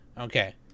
Okay